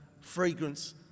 fragrance